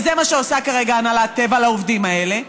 וזה מה שעושה כרגע הנהלת טבע לעובדים האלה.